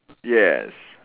yes